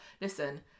listen